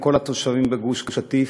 לכל התושבים בגוש-קטיף,